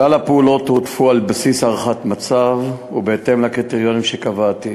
כלל הפעולות תועדפו על בסיס הערכת מצב ובהתאם לקריטריונים שקבעתי: